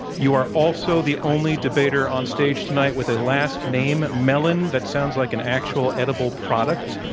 you are also the only debater onstage tonight with a last name, mellon, that sounds like an actual edible product.